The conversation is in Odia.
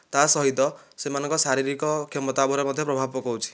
ତା ସହିତ ସେମାନଙ୍କ ଶାରୀରିକ କ୍ଷମତା ଉପରେ ମଧ୍ୟ ପ୍ରଭାବ ପକାଉଛି